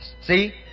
see